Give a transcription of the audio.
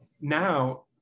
now